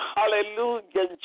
Hallelujah